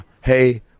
hey